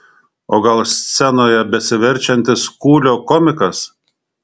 o gal scenoje besiverčiantis kūlio komikas